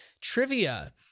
Trivia